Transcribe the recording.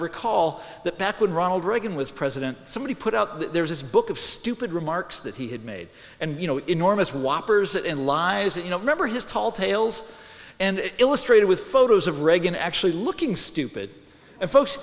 recall that back when ronald reagan was president somebody put out that there's this book of stupid remarks that he had made and you know enormous whoppers and lies that you know remember his tall tales and illustrated with photos of reagan actually looking stupid and folks